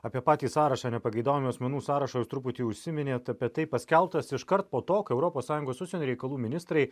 apie patį sąrašą nepageidaujamų asmenų sąrašą jūs truputį užsiminėt bet tai paskelbtas iškart po to kai europos sąjungos užsienio reikalų ministrai